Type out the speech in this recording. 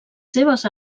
seves